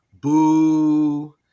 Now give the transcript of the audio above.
Boo